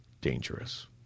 dangerous